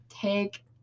take